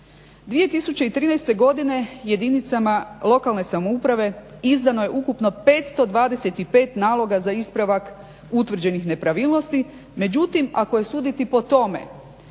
2013. godine jedinicama lokalne samouprave izdano je ukupno 525 naloga za ispravak utvrđenih nepravilnosti. Međutim, ako je suditi po tome